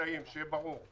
שיהיה ברור.